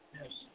Yes